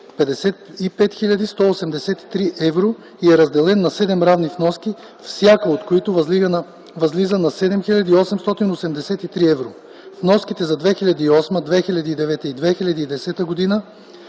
55 183 евро и е разделен на 7 равни вноски, всяка от които възлиза на 7883 евро. Вноските за 2008 г., 2009 и 2010 г. са